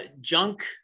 junk